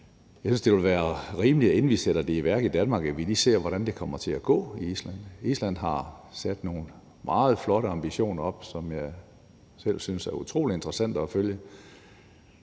Jeg synes, det vil være rimeligt, at vi, inden vi sætter det i værk i Danmark, lige ser, hvordan det kommer til at gå i Island. Island har sat nogle meget flotte ambitioner, som jeg selv synes er utrolig interessante at følge.